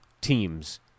teams